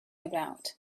about